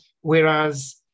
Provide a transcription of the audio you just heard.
Whereas